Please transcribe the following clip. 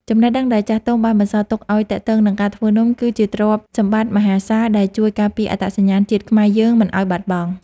ចំណេះដឹងដែលចាស់ទុំបានបន្សល់ទុកឱ្យទាក់ទងនឹងការធ្វើនំគឺ ជាទ្រព្យសម្បត្តិមហាសាលដែលជួយការពារអត្តសញ្ញាណជាតិខ្មែរយើងមិនឱ្យបាត់បង់។